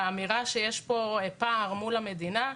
לאמירה שיש פה פער מול המדינה,